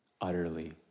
utterly